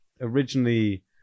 originally